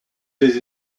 des